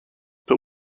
but